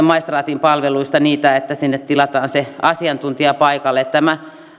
maistraatin palveluista vielä sitten sitä että sinne tilataan se asiantuntija paikalle tämä